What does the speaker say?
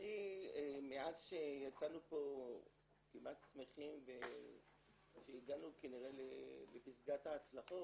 מאז שיצאנו פה כמעט שמחים והגענו כנראה לפסגת ההצלחות,